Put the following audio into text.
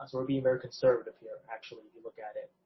so we're being very conservative here, actually if you look at it.